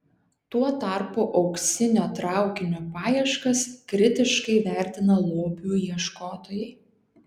tuo tarpu auksinio traukinio paieškas kritiškai vertina lobių ieškotojai